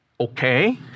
Okay